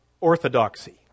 orthodoxy